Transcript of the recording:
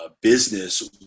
business